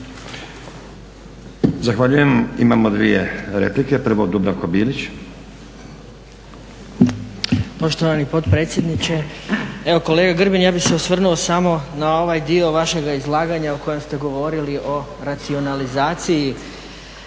Zahvaljujem. Imamo dvije replike. Prvo Dubravko Bilić.